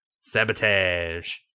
Sabotage